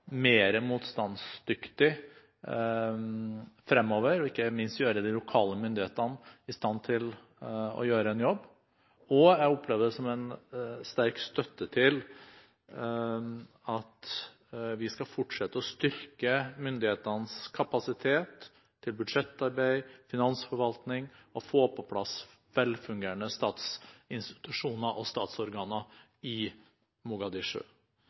motstandsdyktig fremover, og ikke minst gjøre de lokale myndighetene i stand til å gjøre en jobb. Jeg opplever det som en sterk støtte til at vi skal fortsette å styrke myndighetenes kapasitet til budsjettarbeid, finansforvaltning og å få på plass velfungerende statsinstitusjoner og statsorganer i